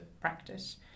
practice